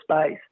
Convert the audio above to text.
space